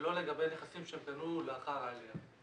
ולא לגבי נכסים שהם קנו לאחר העלייה.